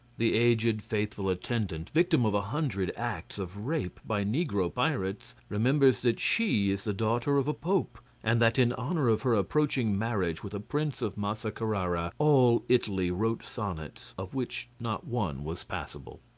the aged faithful attendant, victim of a hundred acts of rape by negro pirates, remembers that she is the daughter of a pope, and that in honor of her approaching marriage with a prince of massa-carrara all italy wrote sonnets of which not one was passable.